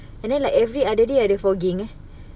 and then like every other day ada fogging ah